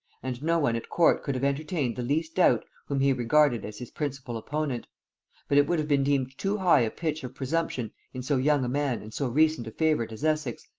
and no one at court could have entertained the least doubt whom he regarded as his principal opponent but it would have been deemed too high a pitch of presumption in so young a man and so recent a favorite as essex,